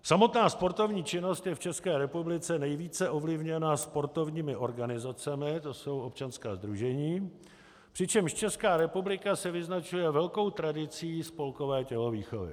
Samotná sportovní činnost je v České republice nejvíce ovlivněna sportovními organizacemi, to jsou občanská sdružení, přičemž Česká republika se vyznačuje velkou tradicí spolkové tělovýchovy.